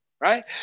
right